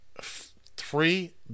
Three